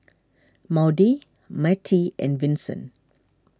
Maude Mattie and Vinson